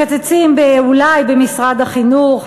מקצצים אולי במשרד החינוך,